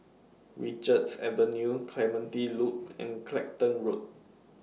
Richards Avenue Clementi Loop and Clacton Road